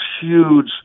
huge